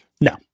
No